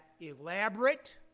elaborate